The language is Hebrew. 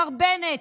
מר בנט,